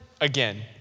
again